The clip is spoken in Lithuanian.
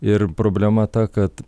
ir problema ta kad